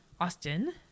Austin